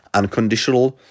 unconditional